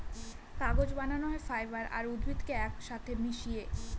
কাগজ বানানো হয় ফাইবার আর উদ্ভিদকে এক সাথে মিশিয়ে